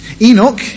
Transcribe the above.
Enoch